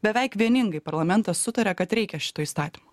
beveik vieningai parlamentas sutaria kad reikia šito įstatymo